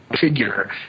figure